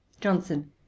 johnson